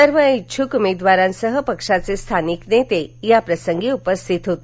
सर्व इच्छुक उमेदवारांसह पक्षाचे स्थानिक नेते याप्रसंगी उपस्थित होते